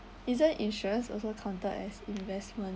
isn't insurance also counted as investment